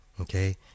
okay